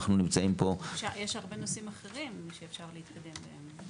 יש הרבה נושאים אחרים שאפשר להתקדם בהם.